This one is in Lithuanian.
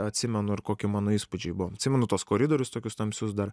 atsimenu ir kokie mano įspūdžiai buvo atsimenu tuos koridorius tokius tamsius dar